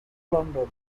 london